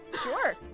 Sure